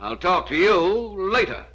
i'll talk to you later